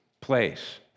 place